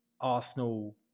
Arsenal